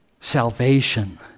salvation